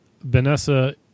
Vanessa